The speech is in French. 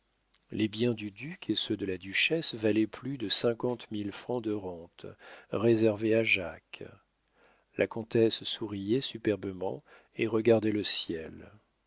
les biens du duc et ceux de la duchesse valaient plus de cinquante mille francs de rente réservés à jacques la comtesse souriait superbement et regardait le ciel